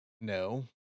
No